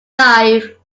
life